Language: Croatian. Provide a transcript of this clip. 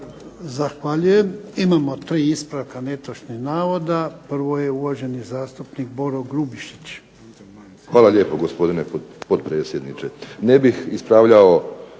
Zahvaljujem. Imamo tri ispravka netočnih navoda. Prvo je uvaženi zastupnik Boro Grubišić. **Grubišić, Boro (HDSSB)** Hvala lijepo, gospodine potpredsjedniče. Ne bih ispravljao